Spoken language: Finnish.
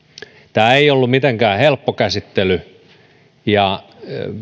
tämä ei ollut mitenkään helppo käsittely ja